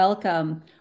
Welcome